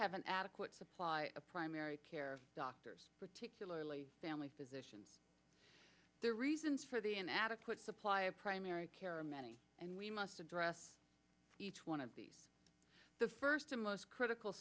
have an adequate supply a primary care doctors particularly family physician their reasons for the an adequate supply of primary care are many and we must address each one of these the first and most critical